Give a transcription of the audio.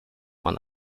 man